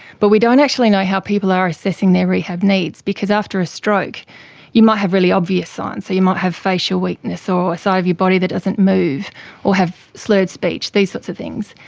but we don't actually know how people are assessing their rehab needs because after a stroke you might have really obvious signs, so you might have facial weakness or a side of your body that doesn't move or have slurred speech, these sorts of things,